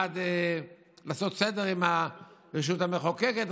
בעד לעשות סדר עם הרשות המחוקקת,